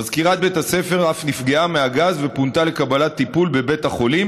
מזכירת בית הספר אף נפגעה מהגז ופונתה לקבלת טיפול בבית החולים,